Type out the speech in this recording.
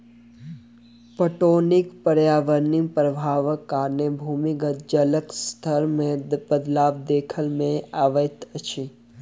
पटौनीक पर्यावरणीय प्रभावक कारणें भूमिगत जलक स्तर मे बदलाव देखबा मे अबैत अछि